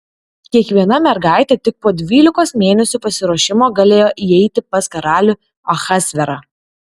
kiekviena mergaitė tik po dvylikos mėnesių pasiruošimo galėjo įeiti pas karalių ahasverą